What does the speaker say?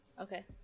Okay